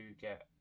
get